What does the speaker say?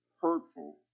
hurtful